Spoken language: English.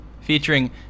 featuring